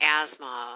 asthma